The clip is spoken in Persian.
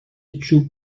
چوب